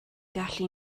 gallu